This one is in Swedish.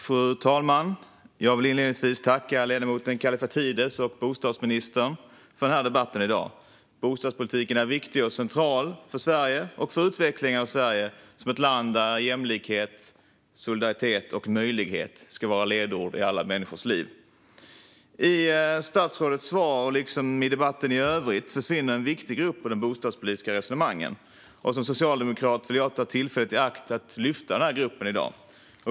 Fru talman! Jag vill inledningsvis tacka ledamoten Kallifatides och bostadsministern för debatten i dag. Bostadspolitiken är viktig och central för Sverige och för utvecklingen av Sverige som ett land där jämlikhet, solidaritet och möjlighet ska vara ledord i alla människors liv. I statsrådets svar liksom i debatten i övrigt försvinner en viktig grupp i de bostadspolitiska resonemangen. Som socialdemokrat vill jag ta tillfället i akt att lyfta denna grupp i dag.